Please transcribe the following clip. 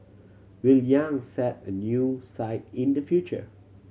Will Yang set a new site in the future